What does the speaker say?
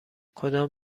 کدام